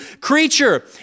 creature